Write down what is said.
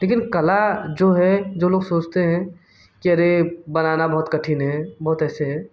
लेकिन कला जो है जो लोग सोचते हैं कि अरे बनाना बहुत कठिन है बहुत ऐसे है